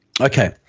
okay